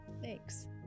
Thanks